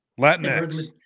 Latinx